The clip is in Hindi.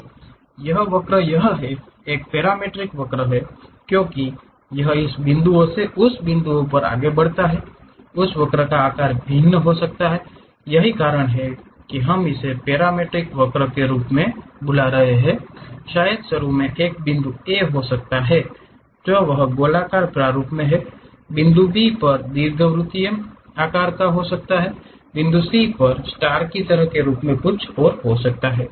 तो यह वक्र यह एक पैरामीट्रिक वक्र है क्योंकि यह इस बिंदु से उस बिंदु पर आगे बढ़ रहा है उस वक्र का आकार भिन्न हो सकता है यही कारण है कि हम इसे पैरामीट्रिक वक्र के रूप में क्यों बुला रहे हैं शायद शुरू में एक बिंदु A हो सकता है जो वह गोलाकार प्रारूप में बिंदु B पर यह दीर्घवृत्तीय दीर्घवृत्तीय आकार का हो सकता है बिंदु C पर यह स्टार की तरह के रूप में कुछ और हो सकता है